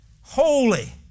holy